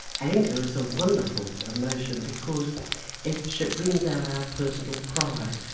anger is a wonderful emotion because it so it brings out our personal pride,